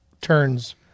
turns